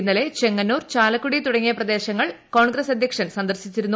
ഇന്നലെ ചെങ്ങന്നൂർ ചാലക്കുടി തുടങ്ങിയ സ്ഥലങ്ങൾ കോൺഗ്രസ് അധ്യക്ഷൻ സന്ദർശിച്ചിരുന്നു